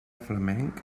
flamenc